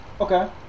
Okay